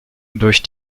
durch